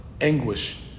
anguish